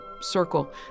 circle